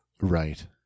Right